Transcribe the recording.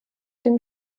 dem